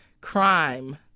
crime